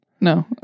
No